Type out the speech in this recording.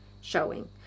showing